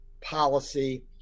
policy